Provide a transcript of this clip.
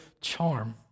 charm